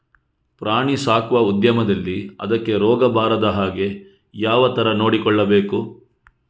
ಪ್ರಾಣಿ ಸಾಕುವ ಉದ್ಯಮದಲ್ಲಿ ಅದಕ್ಕೆ ರೋಗ ಬಾರದ ಹಾಗೆ ಹೇಗೆ ಯಾವ ತರ ನೋಡಿಕೊಳ್ಳಬೇಕು?